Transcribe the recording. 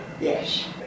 Yes